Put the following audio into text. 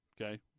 Okay